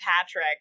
Patrick